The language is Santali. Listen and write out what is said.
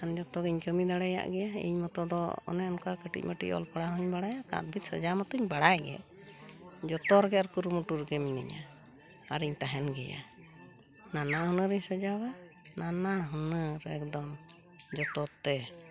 ᱠᱷᱟᱱ ᱡᱚᱛᱚᱜᱤᱧ ᱠᱟᱹᱢᱤ ᱫᱟᱲᱮᱭᱟᱜ ᱜᱮᱭᱟ ᱤᱧ ᱢᱚᱛᱚ ᱫᱚ ᱚᱱᱮ ᱚᱱᱠᱟ ᱠᱟᱹᱴᱤᱡ ᱢᱟᱹᱴᱤᱡ ᱚᱞ ᱯᱟᱲᱦᱟᱣ ᱦᱚᱸᱧ ᱵᱟᱲᱟᱭᱟ ᱠᱟᱸᱛ ᱵᱷᱤᱛ ᱥᱟᱡᱟᱣ ᱢᱟᱛᱚᱧ ᱵᱟᱲᱟᱭᱜᱮ ᱡᱚᱛᱚᱨᱮᱜᱮ ᱟᱨ ᱠᱩᱨᱩᱢᱩᱴᱩ ᱨᱮᱜᱮ ᱢᱤᱱᱟᱹᱧᱟ ᱟᱨᱮᱧ ᱛᱟᱦᱮᱱ ᱜᱮᱭᱟ ᱱᱟᱱᱟ ᱦᱩᱱᱟᱹᱨᱤᱧ ᱥᱟᱡᱟᱣᱟ ᱱᱟᱱᱟ ᱦᱩᱱᱟᱹᱨ ᱮᱠᱫᱚᱢ ᱡᱚᱛᱚᱛᱮ